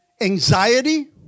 anxiety